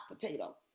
potato